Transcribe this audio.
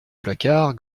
placard